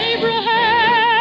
Abraham